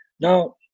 Now